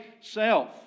self